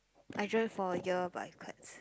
I joined for a year but i quit